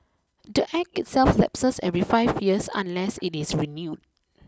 the Act itself lapses every five years unless it is renewed